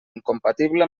incompatible